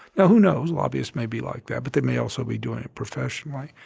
yeah who know? lobbyists may be like that but they may also be doing it professionally.